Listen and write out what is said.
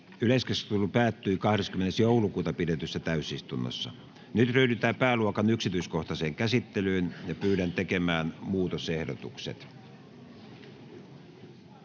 Yleiskeskustelu päättyi 20.12.2022 pidetyssä täysistunnossa. Nyt ryhdytään pääluokan yksityiskohtaiseen käsittelyyn. [Speech 7] Speaker: